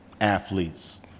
athletes